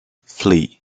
flee